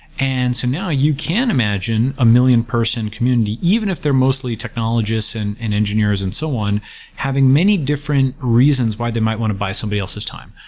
and so now, you can imagine a million person community even if they're mostly technologists and and engineers and so on having many different reasons why they might want to buy somebody else's time.